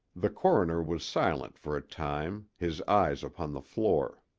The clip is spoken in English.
the coroner was silent for a time, his eyes upon the floor.